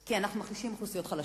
כי אנחנו מחלישים אוכלוסיות חלשות.